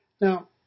Now